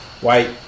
white